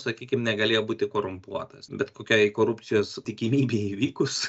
sakykim negalėjo būti korumpuotas bet kokiai korupcijos tikimybei įvykus